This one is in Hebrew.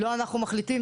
לא אנחנו מחליטים,